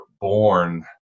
born